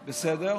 בסדר.